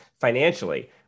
financially